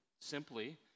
simply